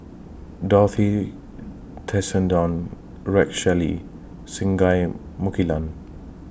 Dorothy Tessensohn Rex Shelley Singai Mukilan